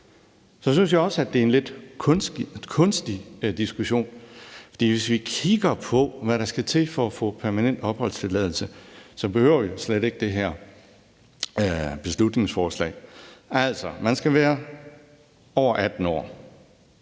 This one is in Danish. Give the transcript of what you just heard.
Så synes jeg også, det er en lidt kunstig diskussion. Hvis vi kigger på, hvad der skal til for at få permanent opholdstilladelse, behøver vi slet ikke det her beslutningsforslag. Altså, man skal være over 18 år,